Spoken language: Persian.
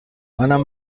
منم